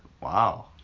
Wow